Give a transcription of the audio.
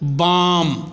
बाम